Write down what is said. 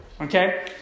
okay